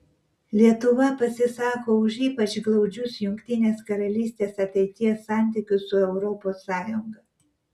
lietuva pasisako už ypač glaudžius jungtinės karalystės ateities santykius su europos sąjunga